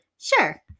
Sure